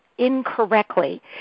incorrectly